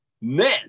men